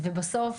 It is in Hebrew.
בסוף,